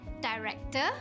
director